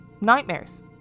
Nightmares